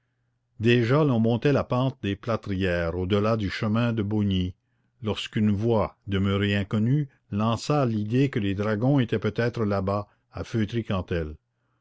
déjà l'on montait la pente des plâtrières au-delà du chemin de beaugnies lorsqu'une voix demeurée inconnue lança l'idée que les dragons étaient peut-être là-bas à feutry cantel